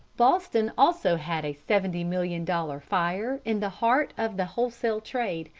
boston also had a seventy-million dollar fire in the heart of the wholesale trade,